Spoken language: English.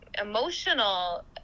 emotional